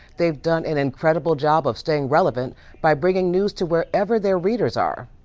they've done an incredible job of staying relevant by bringing news to wherever their readers are.